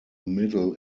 middle